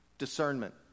discernment